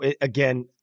again